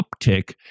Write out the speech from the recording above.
uptick